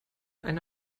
eine